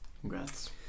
congrats